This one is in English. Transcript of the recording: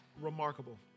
remarkable